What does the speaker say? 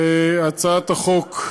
על הצעת החוק.